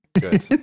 Good